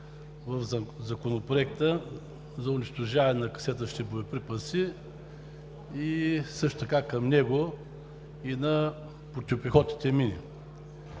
в Законопроекта за унищожаване на касетъчните боеприпаси и също така към него и на противопехотните мини.